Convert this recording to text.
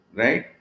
right